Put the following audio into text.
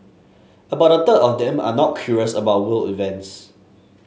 about a third of them are not curious about world events